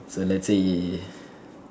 so let's say ya ya ya